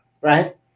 right